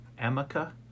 Amica